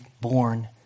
born